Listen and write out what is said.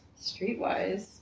Streetwise